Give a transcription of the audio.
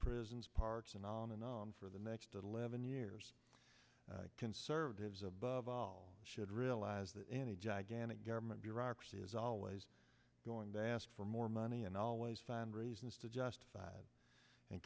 prisons parks anon anon for the next eleven years conservatives above all should realize that any gigantic government bureaucracy is always going to ask for more money and always find reasons to justif